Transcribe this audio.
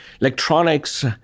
Electronics